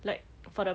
like for the